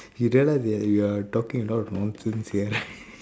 you realize that we are talking a lot of nonsense here right